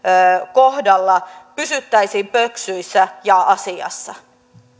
kohdalla pysyttäisiin pöksyissä ja asiassa